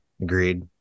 Agreed